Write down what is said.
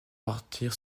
partir